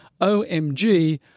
OMG